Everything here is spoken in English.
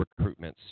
recruitments